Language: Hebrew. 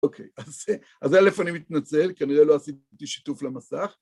אוקיי, אז א' אני מתנצל, כנראה לא עשיתי שיתוף למסך.